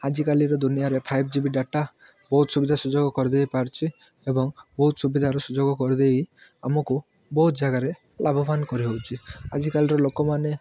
ଆଜିକାଲିର ଦୁନିଆରେ five G ବି ଡାଟା ବହୁତ ସୁବିଧା ସୁଯୋଗ କରିଦେଇପାରୁଛି ଏବଂ ବହୁତ ସୁବିଧାର ସୁଯୋଗ କରିଦେଇ ଆମକୁ ବହୁତ ଜାଗାରେ ଲାଭବାନ୍ କରିହେଉଛି ଆଜିକାଲିର ଲୋକମାନେ